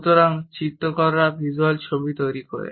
সুতরাং চিত্রকররা ভিজ্যুয়াল ছবি তৈরি করে